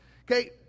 okay